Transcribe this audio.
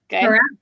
correct